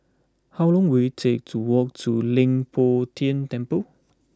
how long will it take to walk to Leng Poh Tian Temple